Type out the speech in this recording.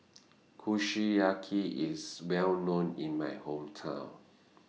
Kushiyaki IS Well known in My Hometown